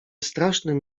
strasznym